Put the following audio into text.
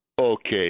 Okay